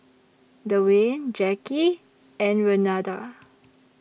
Dewayne Jacky and Renada